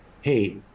hey